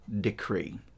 decree